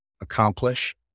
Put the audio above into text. accomplish